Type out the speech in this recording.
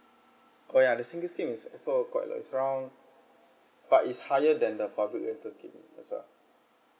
oh ya the single scheme is also quite alike this round but it's higher than the public rental scheme that's a